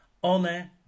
One